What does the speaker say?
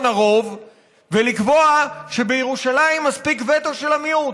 הרוב ולקבוע שבירושלים מספיק וטו של המיעוט.